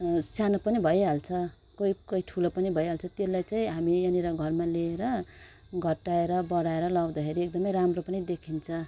सानो पनि भइहाल्छ कोहीकोही ठुलो पनि भइहाल्छ त्यसलाई चाहिँ हामी यहाँनिर घरमा लिएर घटाएर बडाएर लगाउदाखेरि एकदमै राम्रो पनि देखिन्छ